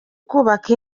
kubaka